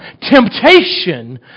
temptation